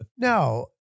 No